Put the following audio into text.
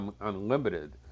unlimited